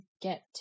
get